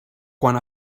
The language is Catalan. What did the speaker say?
quan